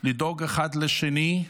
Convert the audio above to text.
לדאוג אחד לשני,